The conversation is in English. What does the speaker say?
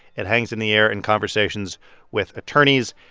it hangs in the air in conversations with attorneys.